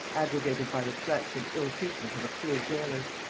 aggravated by the threats and ill-treatment of a cruel jailor.